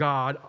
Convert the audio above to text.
God